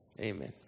Amen